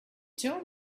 tell